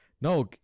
No